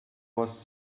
was